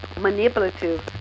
Manipulative